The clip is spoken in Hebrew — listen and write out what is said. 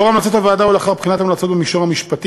לאור המלצת הוועדה ולאחר בחינת ההמלצות במישור המשפטי,